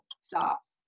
stops